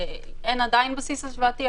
אין עדיין בסיס השוואתי,